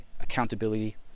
accountability